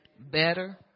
Better